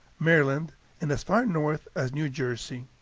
maryland and as far north as new jersey.